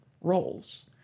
roles